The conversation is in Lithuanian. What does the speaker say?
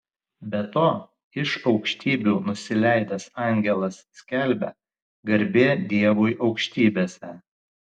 be to iš aukštybių nusileidęs angelas skelbia garbė dievui aukštybėse